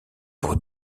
pour